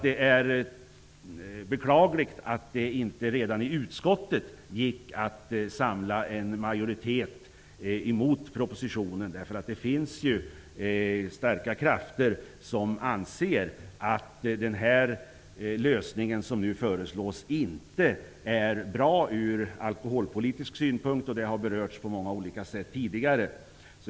Det är beklagligt att det inte redan i utskottet gick att samla en majoritet mot propositionen. Det finns starka krafter som anser att den lösning som nu föreslås inte är bra ur alkoholpolitisk synpunkt. Det har berörts på många olika sätt tidigare.